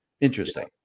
interesting